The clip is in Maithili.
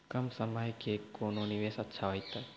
कम समय के कोंन निवेश अच्छा होइतै?